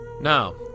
Now